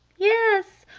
yes,